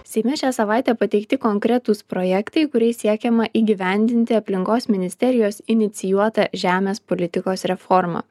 seime šią savaitę pateikti konkretūs projektai kuriais siekiama įgyvendinti aplinkos ministerijos inicijuotą žemės politikos reformą